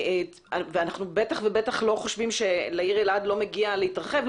אנחנו בטח ובטח לא חושבים שלעיר אלעד לא מגיע להתרחב,